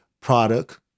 product